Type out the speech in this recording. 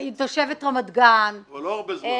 תושבת רמת גן --- אבל לא הרבה זמן.